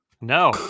No